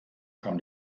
kam